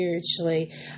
spiritually